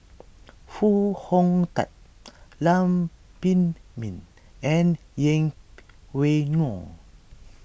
Foo Hong Tatt Lam Pin Min and Yeng Pway Ngon